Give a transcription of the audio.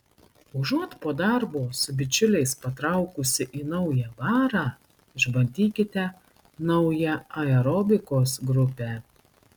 užuot po darbo su bičiuliais patraukusi į naują barą išbandykite naują aerobikos grupę